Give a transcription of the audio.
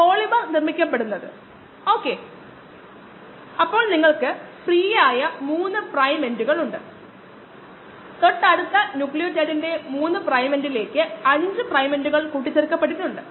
fibre optic bundle ചില ബണ്ടിലുകൾ സ്പെക്ട്ര ഫ്ലൂറിമീറ്ററിൽ നിന്നുള്ള ആവേശ തരംഗദൈർഘ്യം വഹിക്കുന്നു കൂടാതെ ഓപ്പൺ എൻഡ് ജോമേറ്ററിയുടെ അളവുകൾ പ്രദർശിപ്പിക്കും